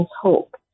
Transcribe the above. hope